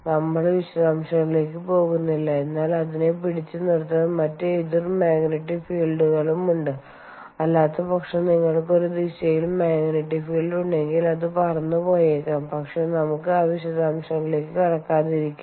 നമ്മൾ വിശദാംശങ്ങളിലേക്ക് പോകുന്നില്ല എന്നാൽ അതിനെ പിടിച്ചുനിർത്താൻ മറ്റ് എതിർ മഗ്നറ്റിക് ഫീൽടുകളും ഉണ്ട് അല്ലാത്തപക്ഷം നിങ്ങൾക്ക് ഒരു ദിശയിൽ മഗ്നറ്റിക്ഫീൽഡ് ഉണ്ടെങ്കിൽ അത് പറന്നു പോയേക്കാം പക്ഷേ നമുക്ക് ആ വിശദാംശങ്ങളിലേക്ക് കടകാത്തിരികാം